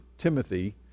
timothy